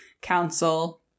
council